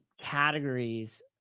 categories